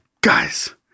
guys